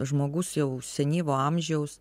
žmogus jau senyvo amžiaus